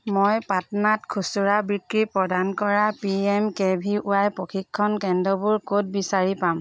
মই পাটনাত খুচুৰা বিক্ৰী প্ৰদান কৰা P M K V Y প্ৰশিক্ষণ কেন্দ্ৰবোৰ ক'ত বিচাৰি পাম